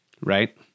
Right